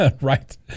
right